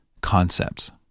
concepts